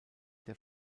der